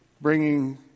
bringing